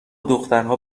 دخترها